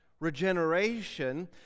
Regeneration